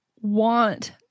want